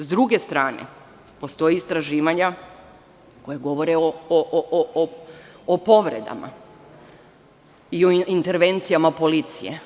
S druge strane, postoje istraživanja koja govore o povredama i o intervencijama policije.